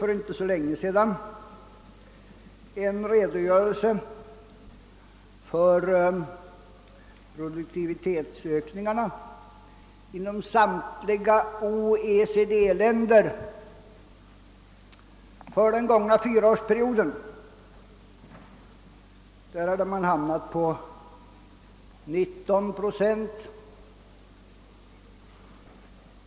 För inte så länge sedan läste jag en redogörelse för produktivitetsökningarna i samtliga OECD-länder under den gångna fyraårsperioden varvid angavs siffran 19 procent.